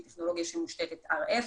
שהיא טכנולוגיה שמושתתת RF,